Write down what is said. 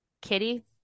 Kitty